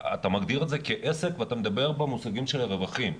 אתה מגדיר את זה כעסק ואתה מדבר במושגים של רווחים.